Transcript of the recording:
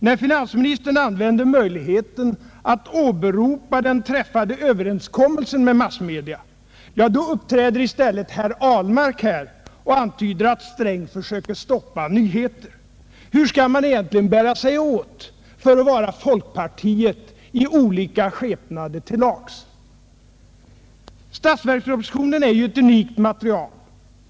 När finansministern använder möjligheten att åberopa den träffade överenskommelsen med massmedia uppträder i stället herr Ahlmark och antyder att herr Sträng försöker stoppa nyheter. Hur skall man egentligen bära sig åt för att vara folkpartiet i olika skepnader till lags? Statsverkspropositionen är ju ett unikt material.